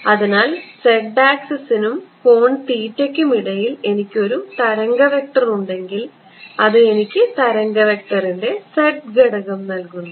അതിനാൽ z ആക്സിസിനും കോൺ തീറ്റയ്ക്കും ഇടയിൽ എനിക്ക് ഒരു തരംഗ വെക്റ്റർ ഉണ്ടെങ്കിൽ അത് എനിക്ക് തരംഗ വെക്റ്ററിന്റെ z ഘടകം നൽകുന്നു